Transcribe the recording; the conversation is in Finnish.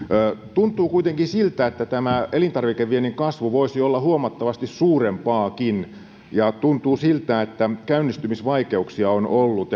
tuntuu kuitenkin siltä että tämä elintarvikeviennin kasvu voisi olla huomattavasti suurempaakin ja tuntuu siltä että käynnistymisvaikeuksia on ollut